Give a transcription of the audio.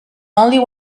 only